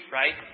right